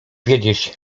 wiedzieć